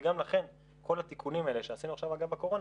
וגם לכן כל התיקונים האלה שעשינו עכשיו אגב בקורונה,